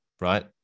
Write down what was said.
right